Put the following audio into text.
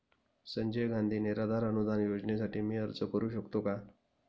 संजय गांधी निराधार अनुदान योजनेसाठी मी अर्ज करू शकतो का?